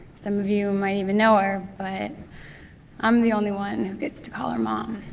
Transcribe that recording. some of you might even know her, but i'm the only one who gets to call her mom.